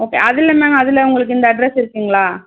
okay அதில் ma'am அதில் உங்களுக்கு இந்த அட்ரஸ் இருக்குங்களா